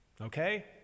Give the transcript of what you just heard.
Okay